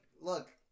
look